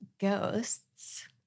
ghosts